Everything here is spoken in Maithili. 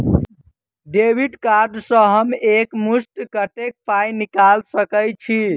डेबिट कार्ड सँ हम एक मुस्त कत्तेक पाई निकाल सकय छी?